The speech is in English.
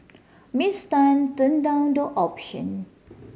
Miss Tan turned down the option